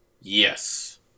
Yes